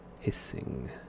hissing